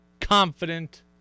confident